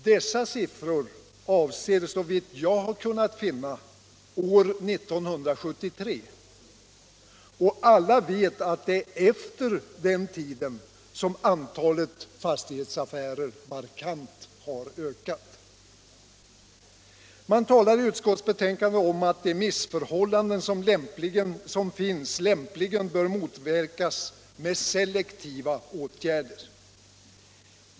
Dessa siffror avser, såvitt jag kunnat finna, år 1973 — och alla vet att det är efter den tiden antalet fastighetsaffärer markant ökat! Man talar i utskottsbetänkandet om att de missförhållanden som finns lämpligen bör motverkas med selektiva åtgärder.